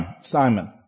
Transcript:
Simon